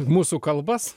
mūsų kalbas